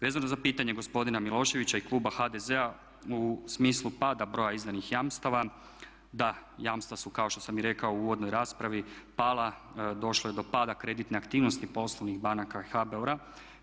Vezano za pitanje gospodina Miloševića i kluba HDZ-a u smislu pada broja izdanih jamstava, da jamstava su kao što sam i rekao u uvodnoj raspravi pala, došlo je do pada kreditne aktivnosti poslovnih banaka i HBOR-a.